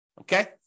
Okay